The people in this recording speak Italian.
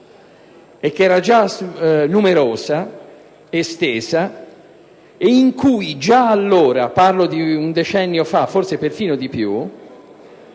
e che era già numerosa, estesa, e in cui già allora ‑ parlo di un decennio fa, forse persino di più